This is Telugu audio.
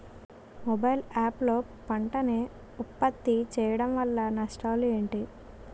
మొబైల్ యాప్ లో పంట నే ఉప్పత్తి చేయడం వల్ల నష్టాలు ఏంటి?